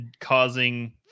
causing